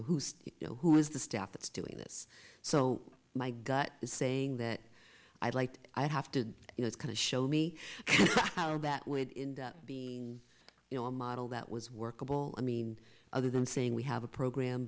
know who is the staff that's doing this so my gut is saying that i'd like i have to you know it's kind of show me how that would be you know a model that was workable i mean other than saying we have a program